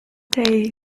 day